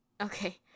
Okay